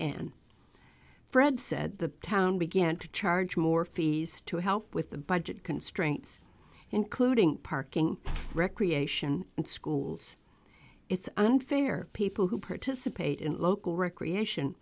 fred said the town began to charge more fees to help with the budget constraints including parking recreation and schools it's unfair people who participate in local recreation